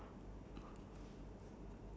five years ago twenty thirteen